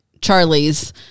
Charlie's